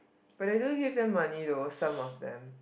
but you don't give them money though some of them